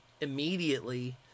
immediately